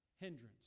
Hindrance